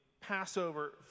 Passover